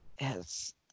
Yes